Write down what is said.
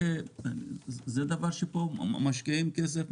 זה דבר שמשקיעים בו כסף,